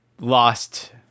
lost